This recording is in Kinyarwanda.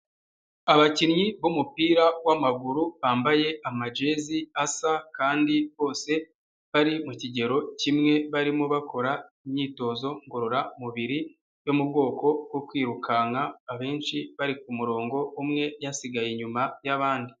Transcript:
Abakinnyi b'umupira w'amaguru bambaye amajezi asa kandi bose bari mu kigero kimwe barimo bakora imyitozo ngororamubiri yo mu bwoko bwo kwirukanka abenshi bari ku murongo, umwe yasigaye inyuma y'abandi.